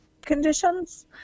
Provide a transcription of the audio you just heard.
conditions